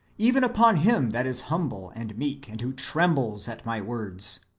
even upon him that is humble, and meek, and who trembles at my words.